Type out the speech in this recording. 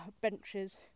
benches